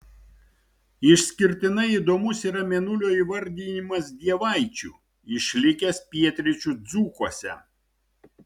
išskirtinai įdomus yra mėnulio įvardijimas dievaičiu išlikęs pietryčių dzūkuose